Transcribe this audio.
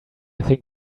think